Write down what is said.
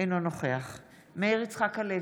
אינו נוכח מאיר יצחק הלוי,